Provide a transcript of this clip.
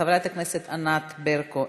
חברת הכנסת ענת ברקו,